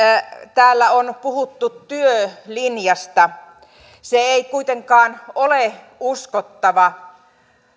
täällä on puhuttu työlinjasta se ei kuitenkaan ole uskottava